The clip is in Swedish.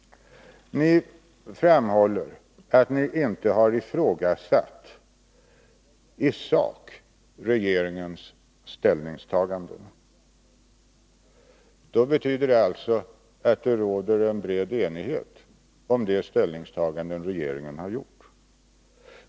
Ni framhåller att ni inte har Tisdagen den ifrågasatt regeringens ställningstaganden i sak. Det betyder alltså att det 18 januari 1983 råder en bred enighet om de ställningstaganden regeringen har gjort.